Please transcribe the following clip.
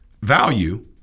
value